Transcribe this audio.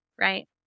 right